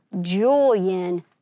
Julian